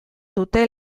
dute